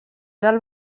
del